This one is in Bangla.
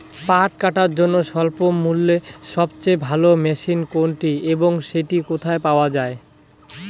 পাট কাটার জন্য স্বল্পমূল্যে সবচেয়ে ভালো মেশিন কোনটি এবং সেটি কোথায় পাওয়া য়ায়?